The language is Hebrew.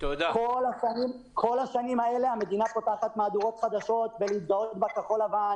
כל השנים האלה המדינה פותחת מהדורות ומתגאה בתעשייה כחול לבן.